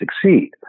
succeed